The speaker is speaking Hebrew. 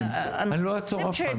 אני לא אעצור אף אחד,